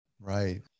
Right